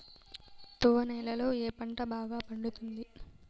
తువ్వ నేలలో ఏ పంట బాగా పండుతుంది?